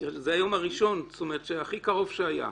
זה היום הראשון הכי קרוב שהיה.